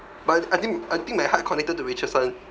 but I think I think my heart connected to